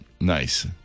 nice